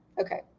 Okay